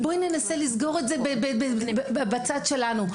בואי ננסה לסגור את זה בצד שלנו.